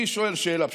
אני שואל שאלה פשוטה.